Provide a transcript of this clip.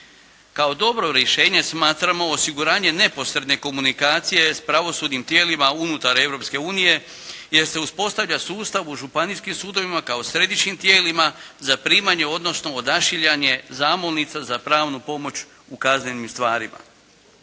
Kao dobro rješenje smatramo osiguranje neposredne komunikacije s pravosudnim tijelima unutar Europske unije gdje se uspostavlja sustav u županijskim sudovima kao središnjim tijelima za primanje odnosno odašiljanje zamolnica za pravnu pomoć u kaznenim stvarima.